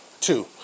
two